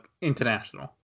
international